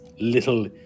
little